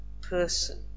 person